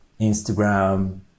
Instagram